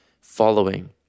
following